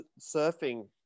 surfing